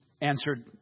answered